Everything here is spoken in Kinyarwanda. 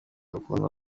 ukuntu